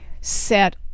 set